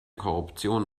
korruption